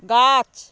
গাছ